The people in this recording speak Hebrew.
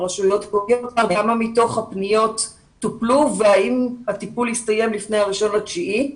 --- כמה מתוך הפניות טופלו והאם הטיפול הסתיים לפני הראשון לספטמבר.